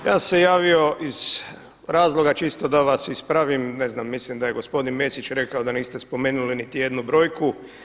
Ja se javio iz razloga čisto da vas ispravim, ne znam, mislim da je gospodin Mesić rekao da niste spomenuli niti jednu brojku.